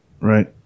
right